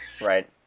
Right